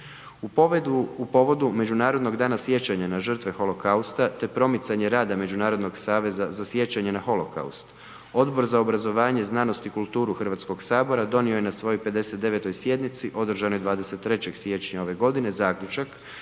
U povodu Međunarodnog dana sjećanja na žrtve holokausta te promicanje rada Međunarodnog saveza za sjećanje na holokaust, Odbor za obrazovanje, znanost i kulturu Hrvatskog sabora donio je na svojoj 59. sjednici održanoj 23. siječnja ove godine zaključak